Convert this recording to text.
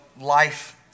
life